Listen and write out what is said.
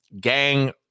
gang